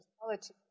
politics